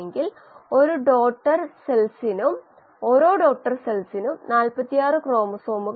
എന്താണ് ആവശ്യം